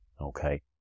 Okay